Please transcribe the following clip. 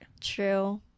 True